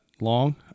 long